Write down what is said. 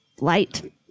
light